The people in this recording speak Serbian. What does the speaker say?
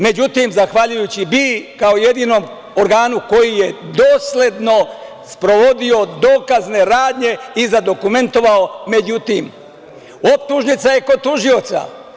Međutim, zahvaljujući BIA kao jedinom organu koji je dosledno sprovodio dokazne radnje i dokumentovao, međutim, optužnica je kod tužioca.